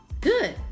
Good